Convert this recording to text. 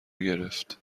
گرفت